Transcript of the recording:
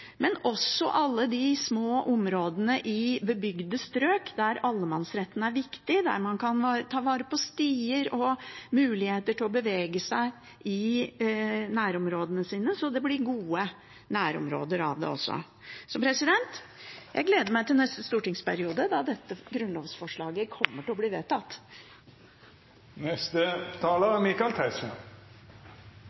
alle de små områdene i bebygde strøk der allemannsretten er viktig, der man kan ta vare på stier og muligheter til å bevege seg i nærområdene sine, så det blir gode nærområder av det også. Jeg gleder meg til neste stortingsperiode, da dette grunnlovsforslaget kommer til å bli vedtatt.